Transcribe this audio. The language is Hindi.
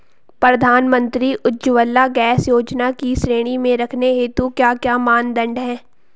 प्रधानमंत्री उज्जवला गैस योजना की श्रेणी में रखने हेतु क्या क्या मानदंड है?